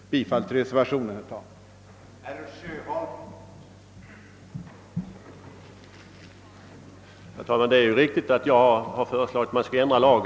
Jag yrkar bifall till reservationen 1 på båda punkterna.